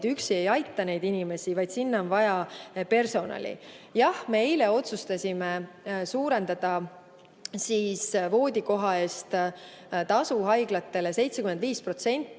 üksi ei aita neid inimesi, vaid sinna on vaja personali. Jah, me eile otsustasime suurendada voodikoha eest haiglatele